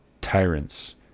tyrants